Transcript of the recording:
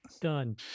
Done